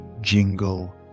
jingle